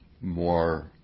more